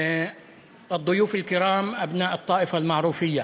זקני העדה הנכבדים,)